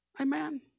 Amen